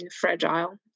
fragile